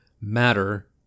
matter